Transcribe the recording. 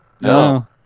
No